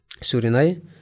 Surinai